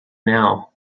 now